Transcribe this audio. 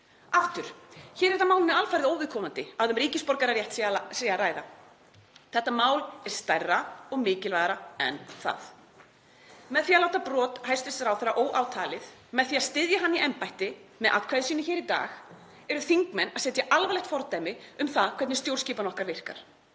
Aftur, þá er það málinu alfarið óviðkomandi að um ríkisborgararétt sé að ræða. Þetta mál er stærra og mikilvægara en það. Með því að láta brot hæstv. ráðherra óátalið, með því að styðja hann í embætti með atkvæði sínu hér í dag eru þingmenn að setja alvarlegt fordæmi um það hvernig stjórnskipan okkar virkar.